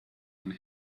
and